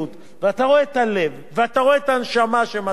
רואה את הלב ואתה רואה את הנשמה שמשקיעים שם,